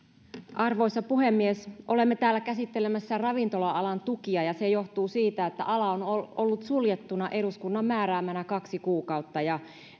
arvoisa puhemies olemme täällä käsittelemässä ravintola alan tukia ja se johtuu siitä että ala on on ollut suljettuna eduskunnan määräämänä kaksi kuukautta ja